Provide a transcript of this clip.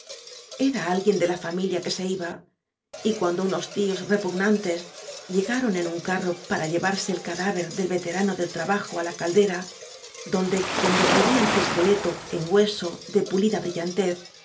era alguien de la familia que se iba y cuando unos tíos repugnantes llegaron en un carro para llevarse el cadáver del veterano del trabajo á la caldera donde convertirían su es queleto en hueso de pulida brillantez